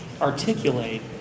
articulate